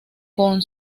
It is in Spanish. con